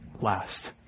last